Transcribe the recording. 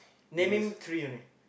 naming three only